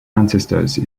ancestors